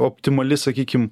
optimali sakykim